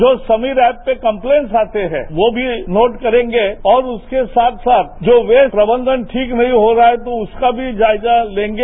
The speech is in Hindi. जो समीर एप पर कर्लेट्स आते हैं वो भी नोट करेगे और उसके साथ साथ जो वेस्ट प्रबंधन ठीक नहीं हो रहा है तो उसका भी जायजा लेंगे